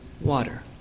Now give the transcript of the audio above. water